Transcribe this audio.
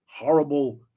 horrible